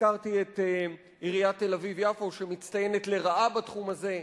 הזכרתי את עיריית תל-אביב יפו שמצטיינת לרעה בתחום הזה,